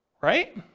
right